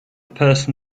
person